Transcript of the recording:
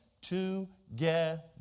together